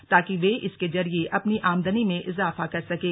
ताकि वे इसके जरिये अपनी आमदनी में इजाफा कर सकें